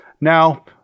Now